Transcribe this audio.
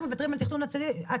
אנחנו מוותרים על תכנון עתידי.